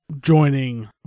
joining